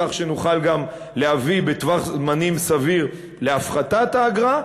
כך שנוכל גם להביא בטווח זמנים סביר להפחתת האגרה.